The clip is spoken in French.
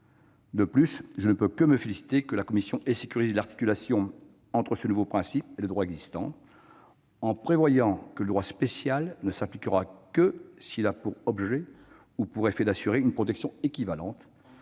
De plus, je ne peux que me féliciter que la commission ait sécurisé l'articulation entre ce nouveau principe et le droit existant, en prévoyant que le droit spécial ne s'appliquera que s'il a pour objet ou pour effet d'assurer une protection équivalente